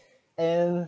and